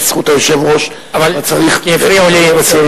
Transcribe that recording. בזכות היושב-ראש, צריך לסיים, אבל הפריעו לי.